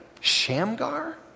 Shamgar